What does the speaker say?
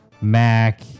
Mac